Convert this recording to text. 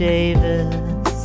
Davis